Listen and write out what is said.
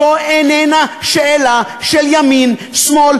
זו איננה שאלה של ימין שמאל,